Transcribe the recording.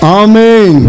amen